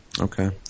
Okay